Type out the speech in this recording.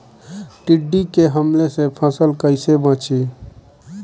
टिड्डी के हमले से फसल कइसे बची?